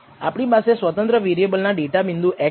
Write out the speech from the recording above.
આપણી પાસે સ્વતંત્ર વેરિએબલ ના ડેટા બિંદુ x છે